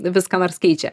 vis ką nors keičia